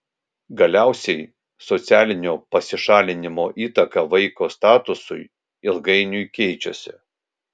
galiausiai socialinio pasišalinimo įtaka vaiko statusui ilgainiui keičiasi